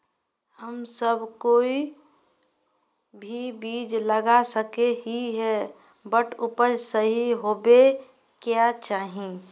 हम सब कोई भी बीज लगा सके ही है बट उपज सही होबे क्याँ चाहिए?